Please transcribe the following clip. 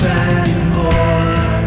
anymore